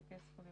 בבקשה.